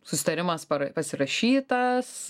susitarimas pasirašytas